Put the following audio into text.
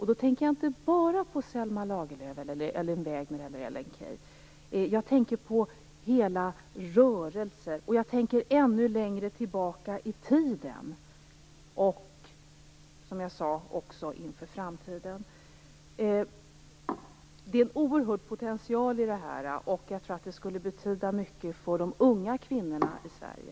Jag tänker då inte bara på Selma Lagerlöf, Elin Wägner eller Ellen Key, utan jag tänker på hela rörelser. Dessutom tänker jag på hur det var ännu längre tillbaka i tiden. Men, som sagt, det handlar också om framtiden. Det finns en oerhörd potential i detta. Jag tror att det här skulle betyda mycket för unga kvinnor i Sverige.